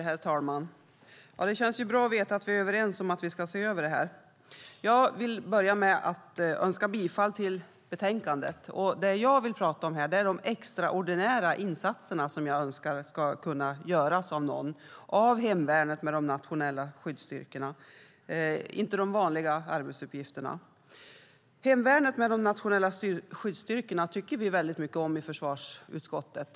Herr talman! Det känns bra att veta att vi är överens om att vi ska se över det här. Jag vill börja med att yrka bifall till förslaget i betänkandet. Det jag vill prata om här är de extraordinära insatserna, som jag önskar ska kunna göras av hemvärnet med de nationella skyddsstyrkorna - det gäller inte de vanliga arbetsuppgifterna. Hemvärnet med de nationella skyddsstyrkorna tycker vi väldigt mycket om i försvarsutskottet.